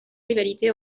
rivalité